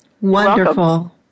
Wonderful